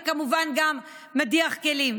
וכמובן גם מדיח כלים,